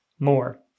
more